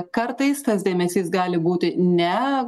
kartais tas dėmesys gali būti ne